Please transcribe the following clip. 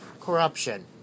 corruption